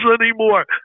anymore